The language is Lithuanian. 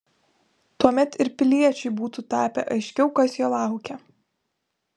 tuomet ir piliečiui būtų tapę aiškiau kas jo laukia